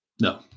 No